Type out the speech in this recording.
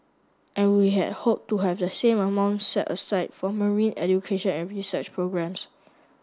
and we had hoped to have the same amount set aside for marine education and research programmes